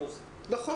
נושא.